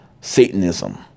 Satanism